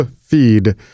feed